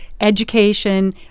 education